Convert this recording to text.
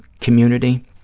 community